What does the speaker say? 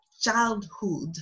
childhood